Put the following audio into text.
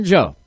Joe